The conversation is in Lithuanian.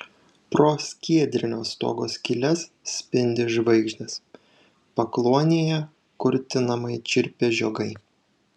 pro skiedrinio stogo skyles spindi žvaigždės pakluonėje kurtinamai čirpia žiogai